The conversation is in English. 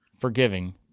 forgiving